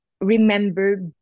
remember